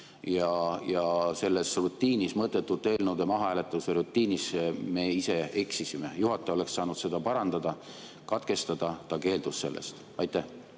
Selles rutiinis, mõttetute eelnõude mahahääletuse rutiinis me ise eksisime. Juhataja oleks saanud seda parandada, katkestada. Ta keeldus sellest. Aitäh!